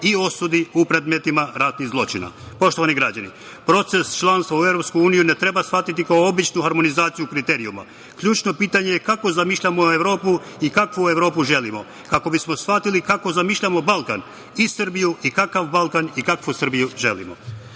i osudi u predmetima ratnih zločina. Poštovani građani, proces članstva u EU ne treba shvatiti kao običnu harmonizaciju kriterijuma, ključno pitanje je kako zamišljamo Evropu i kavu Evropu želimo. Ako bismo shvatili kako zamišljamo Balkan i Srbiju, i kakav Balkan i kakvu Srbiju želimo. Svedoci